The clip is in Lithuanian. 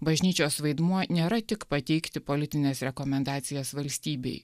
bažnyčios vaidmuo nėra tik pateikti politines rekomendacijas valstybei